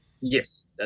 yes